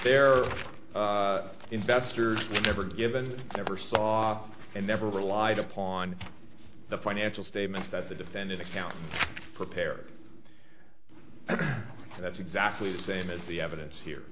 their investors were never given never saw and never relied upon the financial statements that the defendant accounts prepared and that's exactly the same as the evidence here